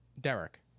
Derek